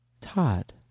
Todd